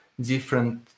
different